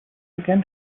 began